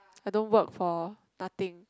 I don't work for nothing